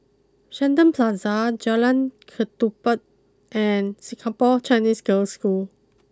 Shenton Plaza Jalan Ketumbit and Singapore Chinese Girls' School